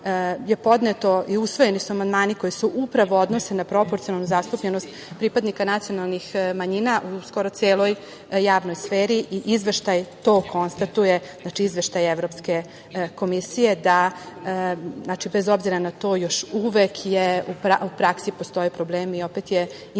podneto i usvojeni su amandmani koji se upravo odnose na proporcionalnu zastupljenost pripadnika nacionalnih manjina u skoro celoj javnoj sferi i izveštaj to konstatuje, znači izveštaj Evropske komisije da, bez obzira na to, još uvek u praksi postoje problemi i opet je implementacija